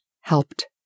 helped